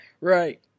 right